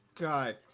God